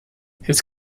his